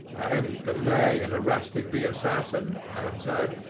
any delay in arresting the assassin, i observed,